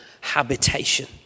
habitation